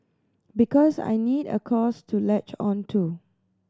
because I need a cause to latch on to